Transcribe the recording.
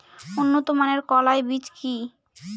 উন্নত মানের কলাই বীজ কি?